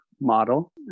model